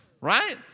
right